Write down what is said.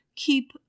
keep